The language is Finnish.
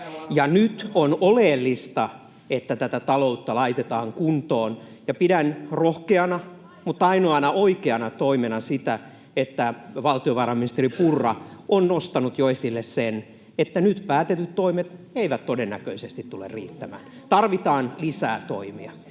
Nyt on oleellista, että taloutta laitetaan kuntoon, ja pidän rohkeana, mutta ainoana oikeana toimena sitä, että valtiovarainministeri Purra on nostanut jo esille, että nyt päätetyt toimet eivät todennäköisesti tule riittämään. Tarvitaan lisää toimia.